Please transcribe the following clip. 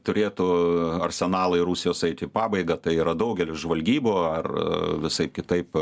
turėtų arsenalai rusijos eiti į pabaigą tai yra daugelio žvalgybų ar visaip kitaip